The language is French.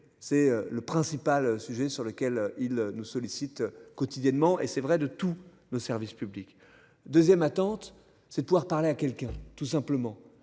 C'est le principal sujet sur lequel il nous sollicitent quotidiennement et c'est vrai de tous nos services publics 2ème attente c'est de pouvoir parler à quelqu'un, tout simplement.